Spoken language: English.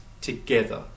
together